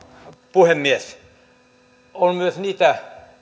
puhemies on myös niitä